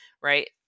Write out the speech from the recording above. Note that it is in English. right